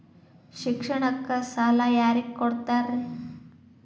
ಶಿಕ್ಷಣಕ್ಕ ಸಾಲ ಯಾರಿಗೆ ಕೊಡ್ತೇರಿ?